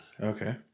Okay